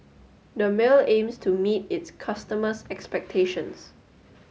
Dermale aims to meet its customers' expectations